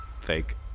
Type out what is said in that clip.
fake